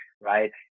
Right